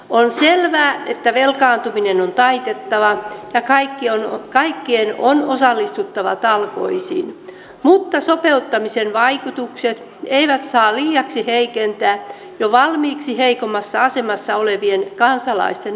on selvää että velkaantuminen on taitettava ja kaikkien on osallistuttava talkoisiin mutta sopeuttamisen vaikutukset eivät saa liiaksi heikentää jo valmiiksi heikommassa asemassa olevien kansalaisten olosuhteita